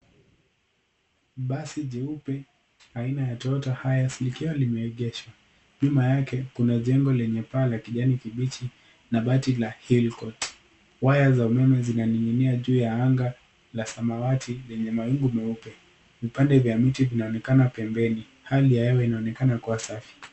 Basi jeupe aina ya Toyota Hias likiwa limeegeshwa. Nyuma yake kuna jengo lenye paa la kijani kibichi na bati la Hill Court. Waya za umeme zinaning'inia juu ya anga la samawati lenye mawingu meupe. Vipande vya miti vinaonekana pembeni. Hali ya hewa inaonekana kuwa safi.